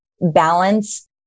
balance